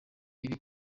riri